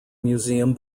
museum